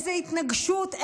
איזה התנגשות,